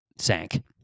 sank